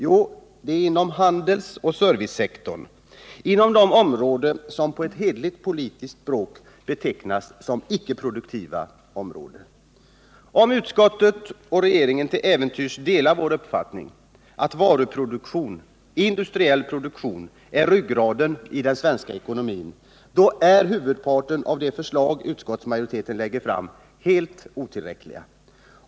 Jo, det är inom handelsoch servicesektorn, inom de områden som på ett hederligt politiskt språk betecknas som icke-produktiva områden. Om utskottet och regeringen till äventyrs delar vår uppfattning att varuproduktion — industriell produktion — är ryggraden i den svenska ekonomin, då är huvudparten av de förslag utskottsmajoriteten lägger fram helt otillräcklig.